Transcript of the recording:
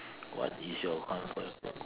what is your comfort food